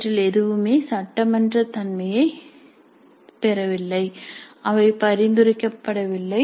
இவற்றில் எதுவுமே சட்டமன்றத் தன்மையைப் பெறவில்லை அவை பரிந்துரைக்கப்படவில்லை